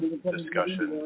discussion